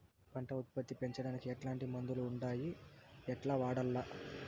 పంట ఉత్పత్తి పెంచడానికి ఎట్లాంటి మందులు ఉండాయి ఎట్లా వాడల్ల?